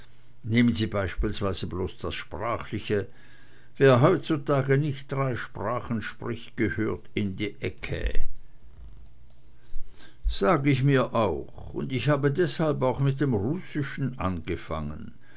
nehmen sie beispielsweise bloß das sprachliche wer heutzutage nicht drei sprachen spricht gehört in die ecke sag ich mir auch und ich habe deshalb auch mit dem russischen angefangen